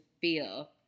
feel